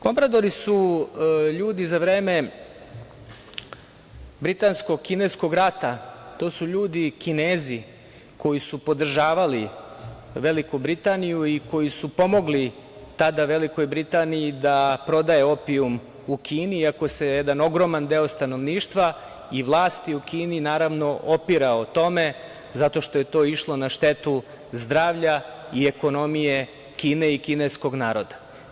Kompradori su ljudi za vreme Britansko – Kineskog rata, to su ljudi Kinezi koji su podržavali Veliku Britaniju i koji su pomogli tada Velikoj Britaniji da prodaje opijum u Kini, iako se jedan ogroman deo stanovništva i vlasti u Kini, naravno, opirao tome, zato što je to išlo na štetu zdravlja i ekonomije Kine i kineskog naroda.